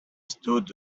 stood